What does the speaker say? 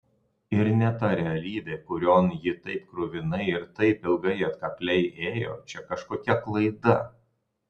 ir ne ta realybė kurion ji taip kruvinai ir taip ilgai atkakliai ėjo čia kažkokia klaida